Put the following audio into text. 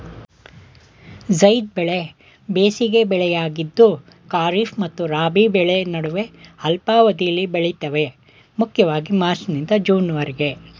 ಝೈದ್ ಬೆಳೆ ಬೇಸಿಗೆ ಬೆಳೆಯಾಗಿದ್ದು ಖಾರಿಫ್ ಮತ್ತು ರಾಬಿ ಬೆಳೆ ನಡುವೆ ಅಲ್ಪಾವಧಿಲಿ ಬೆಳಿತವೆ ಮುಖ್ಯವಾಗಿ ಮಾರ್ಚ್ನಿಂದ ಜೂನ್ವರೆಗೆ